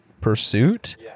pursuit